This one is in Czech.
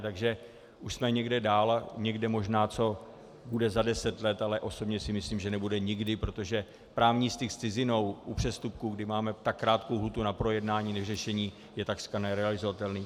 Takže už jsme někde dál, někde možná co bude za deset let, ale osobně si myslím, že nebude nikdy, protože právní styk s cizinou u přestupků, kdy máme tak krátkou lhůtu na projednání a vyřešení, je takřka nerealizovatelný.